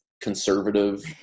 conservative